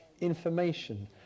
information